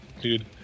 Dude